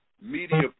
media